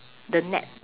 the net